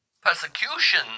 persecution